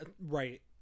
right